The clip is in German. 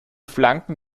flanken